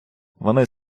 вони